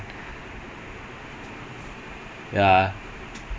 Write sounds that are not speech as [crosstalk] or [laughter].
ya but I like him I really like him a lot he's [noise]